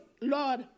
Lord